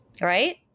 right